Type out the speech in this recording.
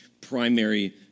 primary